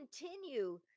continue